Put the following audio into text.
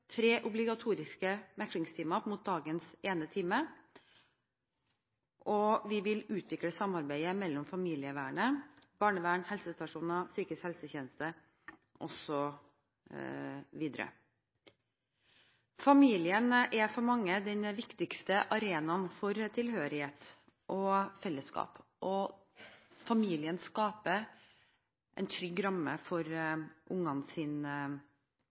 tre obligatoriske meklingstimer, mot dagens ene time, og vi vil utvikle samarbeidet mellom familievernet, barnevernet, helsestasjoner, psykisk helsetjeneste osv. Familien er for mange den viktigste arenaen for tilhørighet og fellesskap. Familien skaper en trygg ramme for